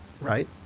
right